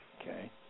Okay